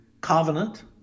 covenant